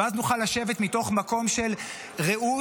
ואז נוכל לשבת מתוך מקום של רעות,